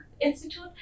Institute